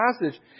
passage